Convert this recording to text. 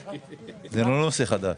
זה לא נושא חדש.